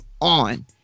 on